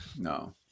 no